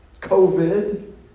COVID